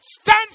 Stand